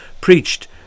preached